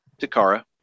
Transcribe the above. Takara